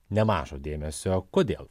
nemažo dėmesio kodėl